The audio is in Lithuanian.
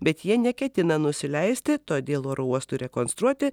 bet jie neketina nusileisti todėl oro uostui rekonstruoti